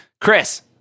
Chris